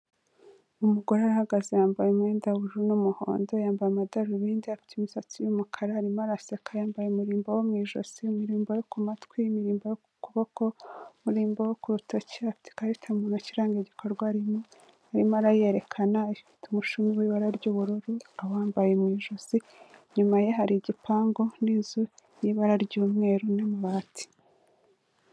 Umugore arahagaze yambaye umwenda w'ubururu n'umuhondo, yambaye amadarubindi, afite imisatsi y'umukara, arimo araseka yambaye umurimbo wo mu ijosi, imirimbo yo ku matwi, imirimbo ku kuboko, umurimbo wo ku rutoki, afite ikarita mu ntoki iranga igikorwa arimo, arimo arayerekana ifite umushumi w'ibara ry'ubururu awambaye mu ijosi, inyuma ye hari igipangu n'inzu y'ibara ry'umweru n'amabati.